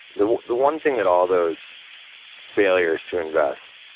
the the one thing that all those failures to invest,